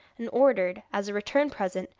and ordered, as a return present,